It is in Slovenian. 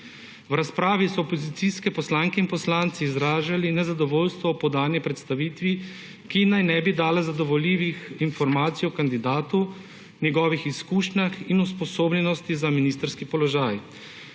V razpravi so opozicijske poslanke in poslanci izražali nezadovoljstvo ob podani predstavitvi, ki naj ne bi dala zadovoljivih informacij o kandidatu, njegovih izkušnjah in usposobljenosti za ministrski položaj.